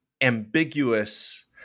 ambiguous